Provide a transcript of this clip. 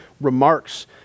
remarks